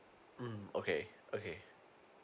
mm okay okay